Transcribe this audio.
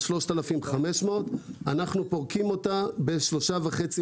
3,500 אנחנו פורקים אותה בשלוש משמרות וחצי.